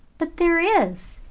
but there is.